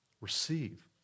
Receive